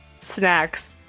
snacks